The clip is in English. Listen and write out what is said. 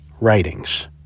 Writings